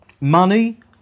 money